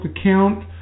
account